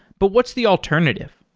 but what's the alternative?